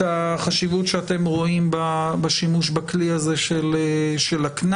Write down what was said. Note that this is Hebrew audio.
החשיבות שאתם רואים בשימוש בכלי הזה של הקנס.